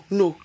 no